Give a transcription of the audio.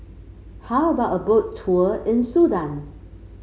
how about a Boat Tour in Sudan